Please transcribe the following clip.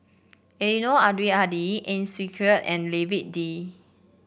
Eddino Abdul Hadi Ang Swee Aun and David Lee